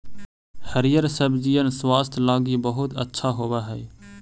हरिअर सब्जिअन स्वास्थ्य लागी बहुत अच्छा होब हई